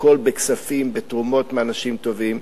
הכול בכספים, בתרומות מאנשים טובים,